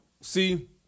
See